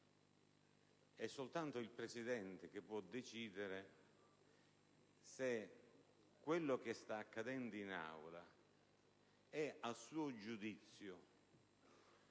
È soltanto il Presidente che può decidere se quello che sta accadendo in Aula è a suo giudizio